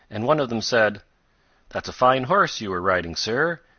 and one of them said that's a fine horse you were riding, sir.